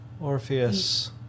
Orpheus